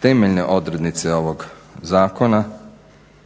temeljne odrednice ovoga zakona.